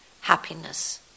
happiness